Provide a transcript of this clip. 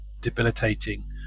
debilitating